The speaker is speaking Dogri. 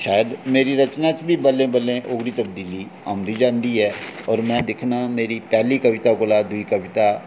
शैद मेरी रचनां च बी बल्लें बल्लें ओह्कड़ी तब्दीली औंदी जंदी ऐ और में दिक्खना मेरी पैह्ली कविता कोला दूई कविता